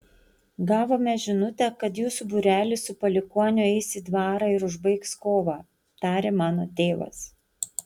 gavome žinutę kad jūsų būrelis su palikuoniu eis į dvarą ir užbaigs kovą tarė mano tėvas